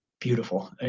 beautiful